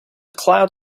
cloud